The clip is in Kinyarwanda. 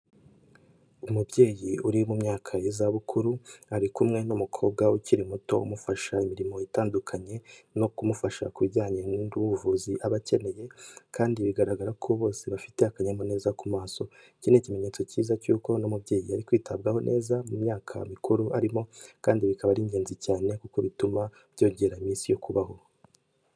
Umubyeyi uri mu myaka y'izabukuru ari kumwe n'umukobwa ukiri muto umufasha imirimo itandukanye no kumufasha ku bijyanye n'ubuvuzi aba akeneye, kandi bigaragara ko bose bafite akanyamuneza ku maso. Iki ni ikimenyetso cyiza cy'uko uno mubyeyi ari kwitabwaho neza mu myaka mikuru arimo, kandi bikaba ari ingenzi cyane kuko bituma byongera iminsi yo kubaho.